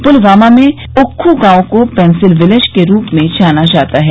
पुलवामा में उक्ख् गांव को पेंसिल विलेज के रूप में जाना जाता है